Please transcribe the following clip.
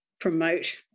promote